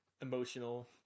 emotional